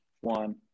one